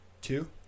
two